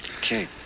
Okay